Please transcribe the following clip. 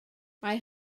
mae